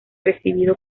recibido